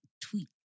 tweet